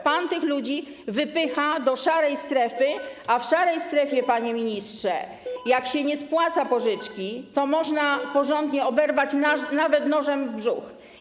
Pan tych ludzi wypycha do szarej strefy, a w szarej strefie, panie ministrze, jak się nie spłaca pożyczki, to można porządnie oberwać, nawet nożem w brzuch.